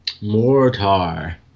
Mortar